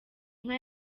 inka